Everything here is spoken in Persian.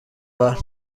بار